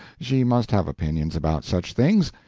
she must have opinions about such things,